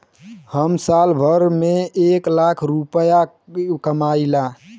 हम साल भर में एक लाख रूपया कमाई ला